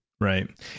right